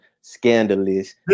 scandalous